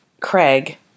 Craig